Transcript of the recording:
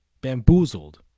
bamboozled